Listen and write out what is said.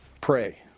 Pray